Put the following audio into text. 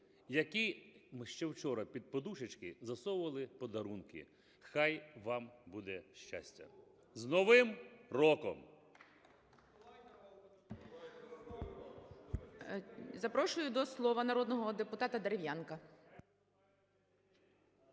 які ми ще вчора під подушечки засовували подарунки, хай вам буде щастя. З Новим роком!